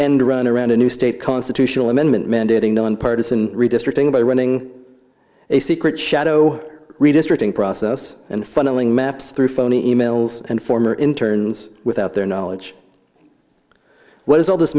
end run around a new state constitutional amendment mandating nonpartisan redistricting by running a secret shadow redistricting process and funneling maps through phony e mails and former interns without their knowledge what does all this